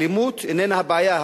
האלימות איננה הבעיה,